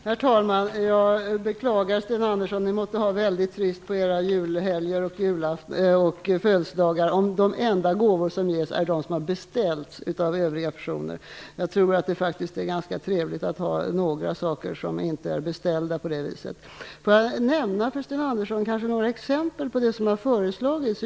Herr talman! Jag beklagar, Sten Andersson, men ni måste ha väldigt trist på era julhelger och födelsedagar om de enda gåvor som ges är de som har beställts. Jag tycker faktiskt att det är ganska trevligt att ha några saker som inte är beställda. Låt mig för Sten Andersson nämna några ex empel på det som har föreslagits.